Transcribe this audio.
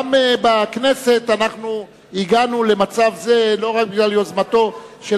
גם בכנסת הגענו למצב זה לא רק בגלל יוזמתו של